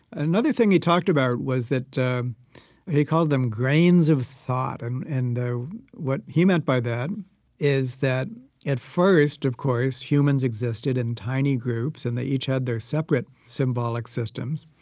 another thing he talked about was that he called them grains of thought. and and what he meant by that is that at first, of course, humans existed in tiny groups and they each had their separate symbolic systems,